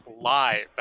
live